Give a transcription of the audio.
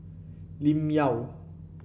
Lim Yau